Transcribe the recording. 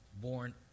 born